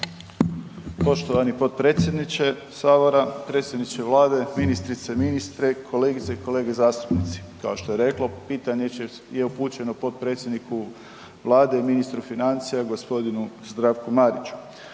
Poštovani potpredsjedniče sabora, predsjedniče vlade, ministrice i ministre, kolegice i kolege zastupnici. Kao što je reklo, pitanje je upućeno potpredsjedniku vlade i ministru financija g. Zdravku Mariću.